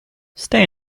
stay